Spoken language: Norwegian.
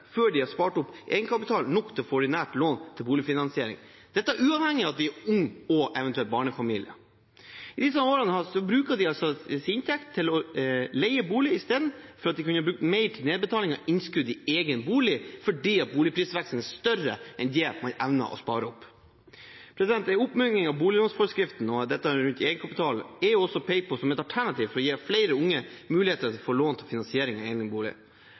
før de har spart opp egenkapital nok til å få et ordinært lån til boligfinansiering, uavhengig av om de er unge eller eventuelt barnefamilier. I disse årene bruker de inntekt til å leie bolig i stedet for at de kunne brukt mer til nedbetaling av innskudd i egen bolig – fordi boligprisveksten er større enn man evner å spare opp. En oppmykning av boliglånforskriften og dette rundt egenkapital er også pekt på som et alternativ for å gi flere unge muligheten til å få lån til finansiering av egen bolig.